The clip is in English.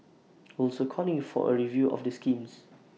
also calling for A review of the schemes